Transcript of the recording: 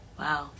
Wow